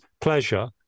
pleasure